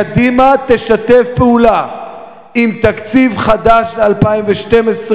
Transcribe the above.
קדימה תשתף פעולה עם תקציב חדש ל-2012,